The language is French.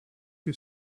que